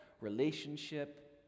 relationship